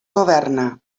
governa